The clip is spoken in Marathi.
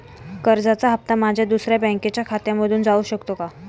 कर्जाचा हप्ता माझ्या दुसऱ्या बँकेच्या खात्यामधून जाऊ शकतो का?